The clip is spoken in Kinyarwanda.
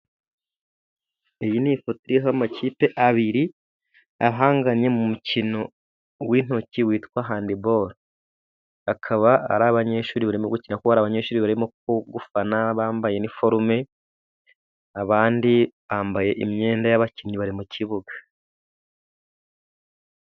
Iyi ni ifoto iha amakipe abiri ahanganye mu mukino w'intoki witwa handibolo, akaba ari abanyeshuri barimo gukina kubera abanyeshuri barimo kugufana bambaye iniforume, abandi bambaye imyenda y'abakinnyi bari mu kibuga.